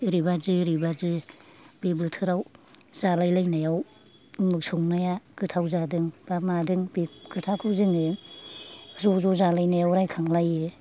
ओरैबादि ओरैबादि बे बोथोराव जालायलायनायाव उमुग संनाया गोथाव जादों बा मादों बे खोथाखौ जोङो ज'ज' जालायनायाव रायखां लायो